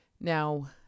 now